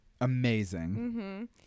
Amazing